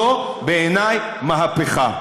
זו בעיניי מהפכה.